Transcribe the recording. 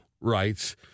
Rights